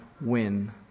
win